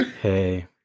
hey